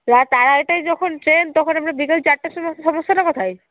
রাত আড়াইটেয় যখন ট্রেন তখন আপনার বিকেল চারটের সময় সমস্যাটা কোথায়